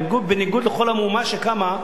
בניגוד לכל המהומה שקמה,